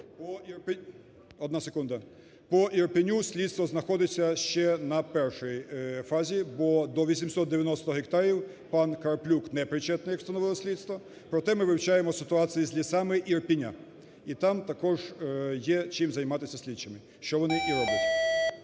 Одна секунда. По Ірпіню слідство знаходиться ще на першій фазі. Бо до 890 гектарів пан Краплюк не причетний, як встановило слідство. Проте, ми вивчаємо ситуацію з лісами Ірпіня. І там також є чим займатись слідчим, що вони і роблять.